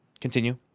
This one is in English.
continue